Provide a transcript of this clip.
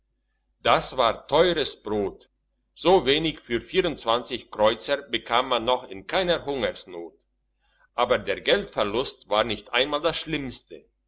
das war teures brot so wenig für kreuzer bekam man noch in keiner hungersnot aber der geldverlust war nicht einmal das schlimmste